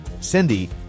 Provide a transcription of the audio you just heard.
Cindy